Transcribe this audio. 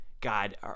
God